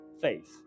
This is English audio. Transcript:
faith